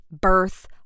birth